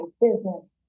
business